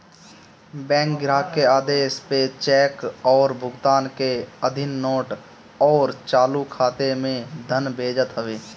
bank ग्राहक के आदेश पअ चेक अउरी भुगतान के अधीन नोट अउरी चालू खाता में धन भेजत हवे